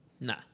Nah